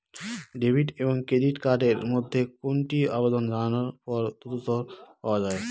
Debit এবং credit card এর মধ্যে কোনটি আবেদন জানানোর পর দ্রুততর পাওয়া য়ায়?